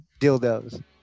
dildos